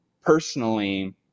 personally